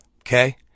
okay